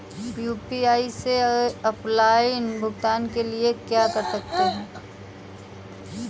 UPI से offline भुगतान के लिए क्या कर सकते हैं?